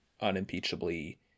unimpeachably